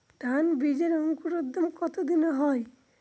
ধান বীজের অঙ্কুরোদগম কত দিনে হয়?